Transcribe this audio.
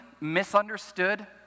misunderstood